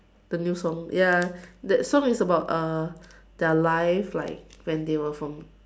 the new song ya that song is about uh their life like when they were from